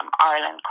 Ireland